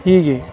ಹೀಗೆ